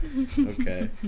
Okay